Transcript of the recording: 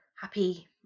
happy